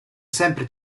sempre